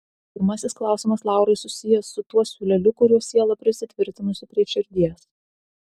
pirmasis klausimas laurai susijęs su tuo siūleliu kuriuo siela prisitvirtinusi prie širdies